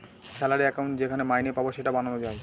salary account যেখানে মাইনে পাবো সেটা বানানো যায়